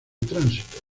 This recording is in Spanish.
tránsito